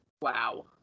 wow